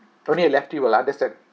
only a lefty will understand